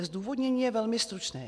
Zdůvodnění je velmi stručné GDPR.